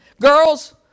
girls